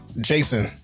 Jason